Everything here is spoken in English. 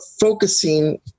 focusing